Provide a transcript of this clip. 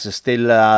stella